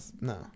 No